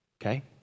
Okay